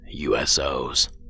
USOs